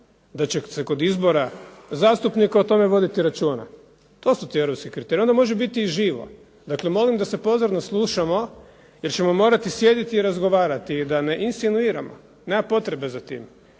da će se kod izbora zastupnika o tome voditi računa. To su ti europski kriteriji, onda može biti i živo. Dakle, molim da se pozorno slušamo, jer ćemo morati sjediti i razgovarati da ne insinuiramo. Nema potreba za tim.